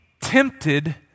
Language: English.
tempted